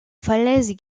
falaise